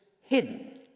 hidden